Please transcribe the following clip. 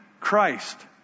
Christ